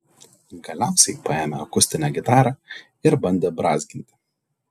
galiausiai paėmė akustinę gitarą ir bandė brązginti